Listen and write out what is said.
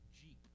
Jeep